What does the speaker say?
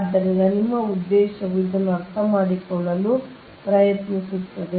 ಆದ್ದರಿಂದ ನಿಮ್ಮ ಉದ್ದೇಶವು ಇದನ್ನು ಅರ್ಥಮಾಡಿಕೊಳ್ಳಲು ಪ್ರಯತ್ನಿಸುತ್ತದೆ